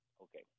Okay